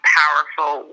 powerful